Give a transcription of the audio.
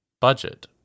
budget